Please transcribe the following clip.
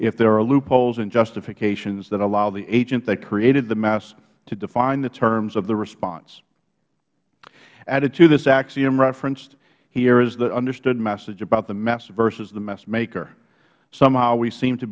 if there are loopholes and justifications that allow the agent that created the mess to define the terms of the response added to this axiom referenced here is the understood message about the mess versus the mess maker somehow we seem to